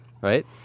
right